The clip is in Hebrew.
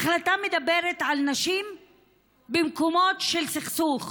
ההחלטה מדברת על נשים במקומות של סכסוך.